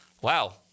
wow